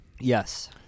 Yes